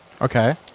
Okay